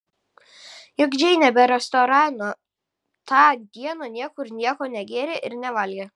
juk džeinė be restorano tą dieną niekur nieko negėrė ir nevalgė